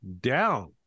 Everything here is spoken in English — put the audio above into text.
down